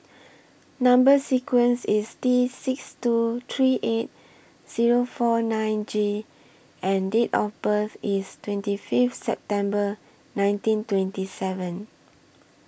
Number sequence IS T six two three eight Zero four nine G and Date of birth IS twenty Fifth September nineteen twenty seven